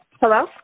Hello